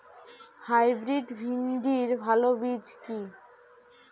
Hybrid ভিন্ডির ভালো বীজ কি?